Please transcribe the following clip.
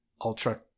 ultra